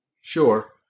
Sure